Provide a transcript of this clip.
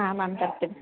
ಹಾಂ ಮ್ಯಾಮ್ ತರ್ತೀನಿ